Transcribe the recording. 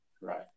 Right